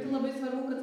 ir labai svarbu kad